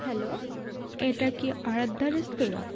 hello এটা কি Aradhya restaurant